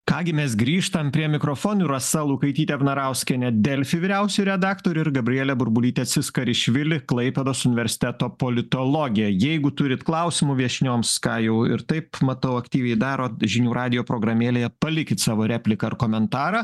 ką gi mes grįžtam prie mikrofonų rasa lukaitytė vnarauskienė delfi vyriausioji redaktorė ir gabrielė burbulytė tsiskarishvili klaipėdos universiteto politologė jeigu turit klausimų viešnioms ką jau ir taip matau aktyviai daro žinių radijo programėlėje palikit savo repliką ar komentarą